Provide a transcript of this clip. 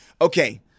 okay